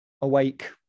awake